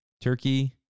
turkey